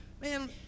man